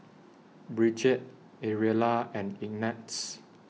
Brigette Ariella and Ignatz